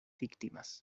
víctimas